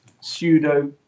pseudo